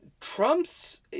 Trump's